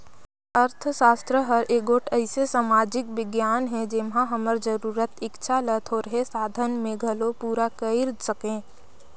अर्थसास्त्र हर एगोट अइसे समाजिक बिग्यान हे जेम्हां हमर जरूरत, इक्छा ल थोरहें साधन में घलो पूरा कइर सके